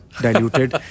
diluted